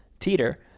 Teeter